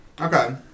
Okay